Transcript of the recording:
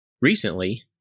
Recently